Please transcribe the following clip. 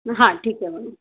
हाँ ठीक है मैडम